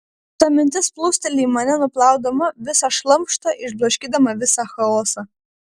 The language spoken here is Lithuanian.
ta mintis plūsteli į mane nuplaudama visą šlamštą išblaškydama visą chaosą